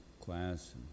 class